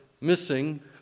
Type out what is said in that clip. missing